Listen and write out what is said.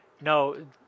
No